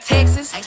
Texas